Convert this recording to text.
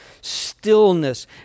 stillness